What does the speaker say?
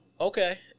okay